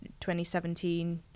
2017